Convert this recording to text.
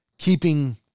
keeping